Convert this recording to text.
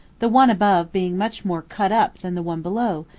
the one above being much more cut up than the one below,